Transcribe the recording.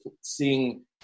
seeing